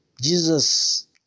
Jesus